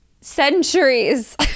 centuries